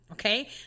Okay